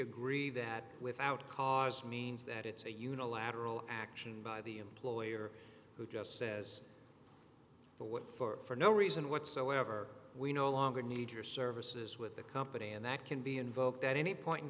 agree that without cause means that it's a unilateral action by the employer who just says the what for no reason whatsoever we no longer need your services with the company and that can be invoked at any point in